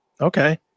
okay